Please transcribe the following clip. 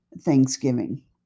Thanksgiving